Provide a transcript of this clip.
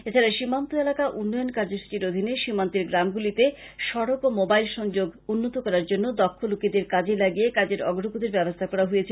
এছাড়া সীমান্ত এলাকা উন্নয়ন কার্য্যসূচীর অধীনে সীমান্তের গ্রামগুলিতে সড়ক ও মোবাইল সংযোগ উন্নত করার জন্য দক্ষ লোকেদের কাজে লাগিয়ে কাজের অগ্রগতির ব্যবস্থা করা হয়েছে